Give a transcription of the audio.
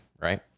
right